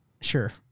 sure